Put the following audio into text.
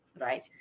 right